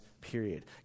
period